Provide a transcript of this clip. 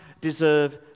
deserve